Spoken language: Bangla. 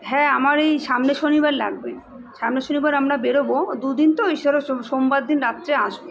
হ্যাঁ আমার এই সামনের শনিবার লাগবে সামনের শনিবার আমরা বেরবো দু দিন তো ওই ধর সোমবার দিন রাত্রে আসব